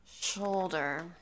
shoulder